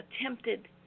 attempted